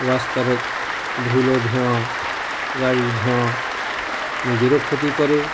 রাস্তাটার ধুলো ধোঁয়া গাড়ির ধোঁয়া নিজেরও ক্ষতি করে